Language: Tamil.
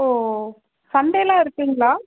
ஓ சண்டேயெலாம் இருக்குதுங்களா